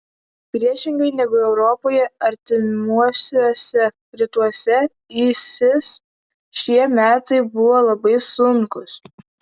priešingai negu europoje artimuosiuose rytuose isis šie metai buvo labai sunkūs